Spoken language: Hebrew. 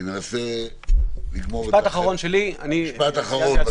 אני מנסה לגמור את --- משפט אחרון שלי --- משפט אחרון,